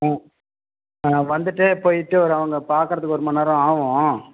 ஆ ஆ வந்துட்டு போயிட்டு ஒரு அவங்க பார்க்கறதுக்கு ஒரு மணிநேரம் ஆகும்